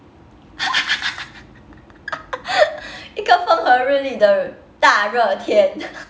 一个风和日丽的大热天